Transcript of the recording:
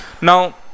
now